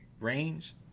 Range